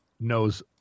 knows